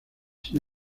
sin